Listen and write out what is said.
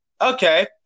Okay